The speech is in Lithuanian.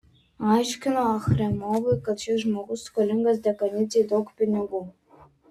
aiškino achremovui kad šis žmogus skolingas dekanidzei daug pinigų